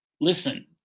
listen